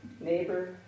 neighbor